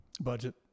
budget